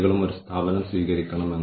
ഓരോ ഘട്ടത്തിലും നമ്മൾ വിവരങ്ങൾ അളക്കുന്നു